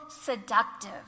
seductive